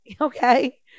Okay